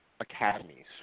academies